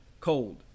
cold